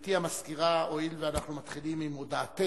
גברתי המזכירה, הואיל ואנחנו מתחילים עם הודעתך,